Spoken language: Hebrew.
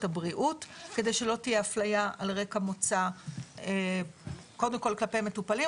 הבריאות כדי שלא תהיה הפליה על רקע מוצא קודם כל לפי מטופלים,